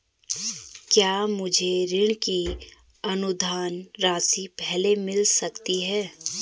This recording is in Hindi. क्या मुझे ऋण की अनुदान राशि पहले मिल सकती है?